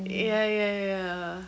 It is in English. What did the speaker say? ya ya ya